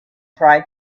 tried